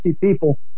people